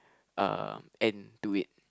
uh end to it